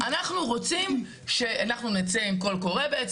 לצאת עם קול קורא,